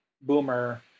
Boomer